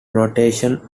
notion